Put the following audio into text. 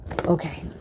okay